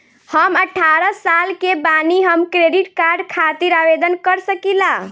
हम अठारह साल के बानी हम क्रेडिट कार्ड खातिर आवेदन कर सकीला?